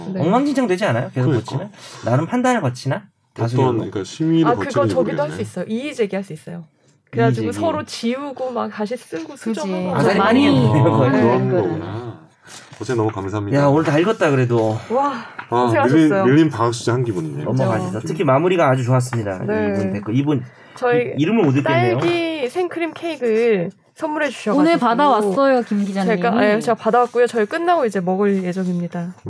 네. 엉망진창 되지 않아요? 계속 그러니까. 거치면? 나름 판단을 거치나? 어떤 다수결로? 그러니까 심의를 아, 그거 거치는지 저기도 할 수 모르겠네. 있어요. 이의제기 할 수 있어요. 그래가지고 이의제기. 서로 지우고 막 다시 쓰고 수정하고 그죠. 아, 막 많이 이런 거. 했네요. 아, 네. 그런 거구나. 어쨌든 너무 감사합니다. 야, 오늘 다 읽었다, 그래도. 와, 고생하셨어요. 아, 밀린- 밀린 방학 숙제 한 기분이네요. 넘어가시죠. 진짜. 특히 마무리가 아주 좋았습니다. 이분 네. 댓글. 이분 이- 저희 이름을 못 읽겠네요. 딸기 생크림 케이크를 선물해 주셔가지고 오늘 받아왔어요, 김 기자님. 제가- 예, 제가 받아왔고요. 저희 끝나고 이제 먹을 예정입니다.